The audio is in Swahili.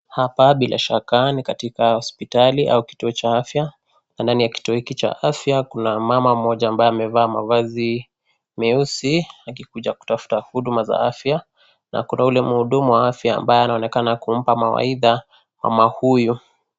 Hapa bila shaka ni katika hospitali au kituo cha afya na ndani ya kituo hiki cha afya, kuna mama mmoja ambaye amevaa mavazi meusi, akikuja kutafuta huduma za afya na kuna yule mhudumu wa afya ambaye anaonekana kumpa mawaidha mama huyu.